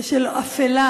ושל אפלה,